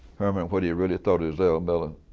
herman what he really thought of zell miller?